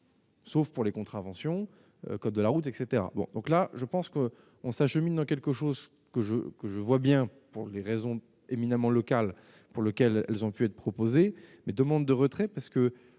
Sauf pour les contraventions, code de la route etc bon, donc là je pense qu'on s'achemine dans quelque chose que je que je vois bien pour des raisons éminemment locale pour lequel elles ont pu être proposées mais demande de retrait parce que